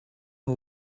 who